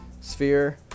sphere